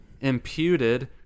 imputed